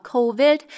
Covid